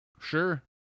Sure